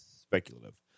speculative